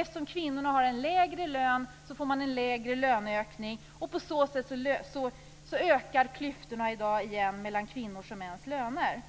Eftersom kvinnorna har en lägre lön får de en mindre löneökning. På det sättet ökar klyftorna i dag igen mellan kvinnors och mäns löner.